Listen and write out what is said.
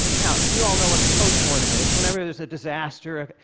now, you all know what the postmortem is. whenever there's a disaster,